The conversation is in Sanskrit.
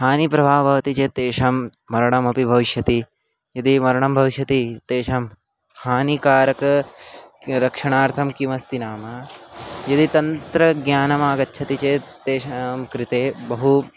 हानिप्रभावः भवति चेत् तेषां मरणमपि भविष्यति यदि मरणं भविष्यति तेषां हानिकारक रक्षणार्थं किमस्ति नाम यदि तन्त्रज्ञानम् आगच्छति चेत् तेषां कृते बहु